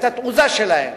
את התעוזה שלהם,